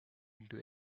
into